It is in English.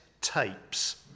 tapes